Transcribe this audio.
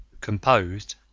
Composed